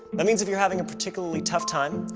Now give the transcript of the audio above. that means if you're having a particularly tough time,